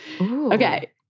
Okay